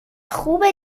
خوبه